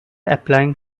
applying